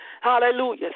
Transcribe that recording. Hallelujah